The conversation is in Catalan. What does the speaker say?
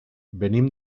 venim